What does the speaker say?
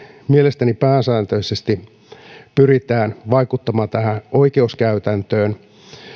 mielestäni pääsääntöisesti pyritään vaikuttamaan tähän oikeuskäytäntöön